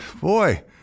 Boy